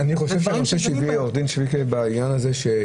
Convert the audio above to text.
אני חושב שהנושא שהעלה עורך דין שויקה בעניין הזה,